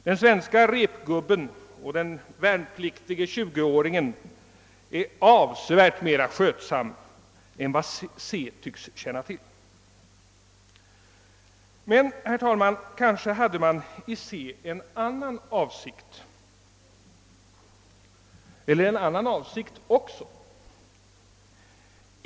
Den svenska repgubben och den värnpliktiga tjugoåringen är avsevärt mera skötsamma än vad Se tycks känna till. Men, herr talman, kanske hade man i Se en annan avsikt också.